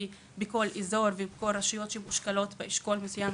כי לכל אזור ולכל אשכול שמאגד רשויות מסוימות,